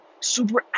super